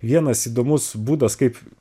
vienas įdomus būdas kaip